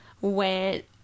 went